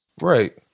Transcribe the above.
Right